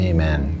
Amen